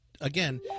again